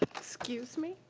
excuse me?